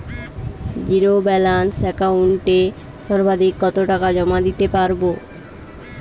Zero balance একাউন্টে সর্বাধিক কত টাকা জমা দিতে পারব?